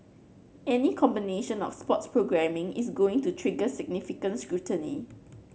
any combination of sports programming is going to trigger significant scrutiny